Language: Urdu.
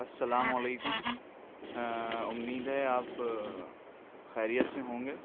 السلام علیکم امید ہے آپ خیریت سے ہوں گے